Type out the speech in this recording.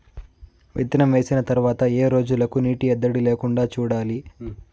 విత్తనం వేసిన తర్వాత ఏ రోజులకు నీటి ఎద్దడి లేకుండా చూడాలి?